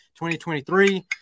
2023